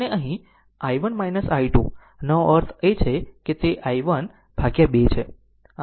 અને અહીં i1 i2 નો અર્થ એ છે કે તે i1 ભાગ્યા 2 છે